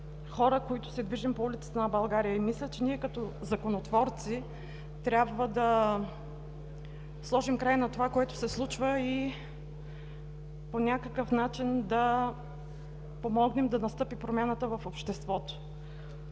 които се движим по улиците на България. Мисля, че като законотворци трябва да сложим край на това, което се случва и по някакъв начин да помогнем да настъпи промяната в обществото.